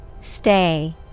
Stay